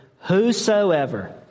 whosoever